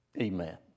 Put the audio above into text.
Amen